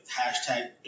Hashtag